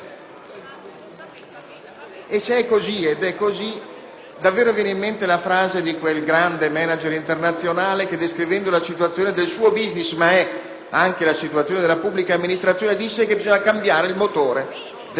Se è così (ed è così), davvero viene in mente la frase di quel grande manager internazionale che, descrivendo la situazione del suo*business* - ma è anche quella della pubblica amministrazione - disse che bisognava cambiare il motore dell'aereo in volo,